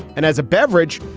and as a beverage,